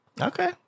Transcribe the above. Okay